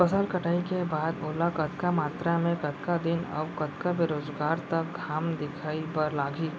फसल कटाई के बाद ओला कतका मात्रा मे, कतका दिन अऊ कतका बेरोजगार तक घाम दिखाए बर लागही?